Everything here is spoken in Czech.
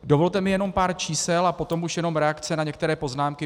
Dovolte mi jenom pár čísel a potom už jenom reakce na některé poznámky.